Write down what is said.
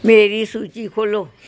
ਮੇਰੀ ਸੂਚੀ ਖੋਲ੍ਹੋ